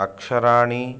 अक्षराणि